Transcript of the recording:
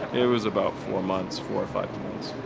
it was about four months, four or five